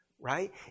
right